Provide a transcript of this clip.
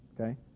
okay